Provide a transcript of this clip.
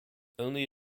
only